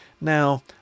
Now